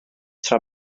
tra